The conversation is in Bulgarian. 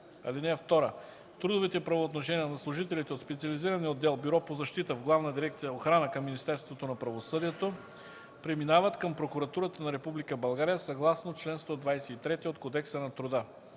(2) Трудовите правоотношения на служителите от специализирания отдел „Бюро по защита” в Главна дирекция „Охрана” към Министерството на правосъдието преминават към Прокуратурата на Република България съгласно чл. 123 от Кодекса на труда.